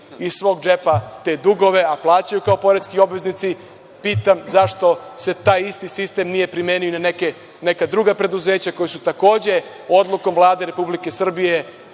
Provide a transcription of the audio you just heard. iz svog džepa te dugove, a plaćaju kao poreski obveznici, pitam – zašto se taj isti sistem nije primenio i na neka druga preduzeća koja su takođe odlukom Vlade Republike Srbije